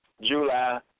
July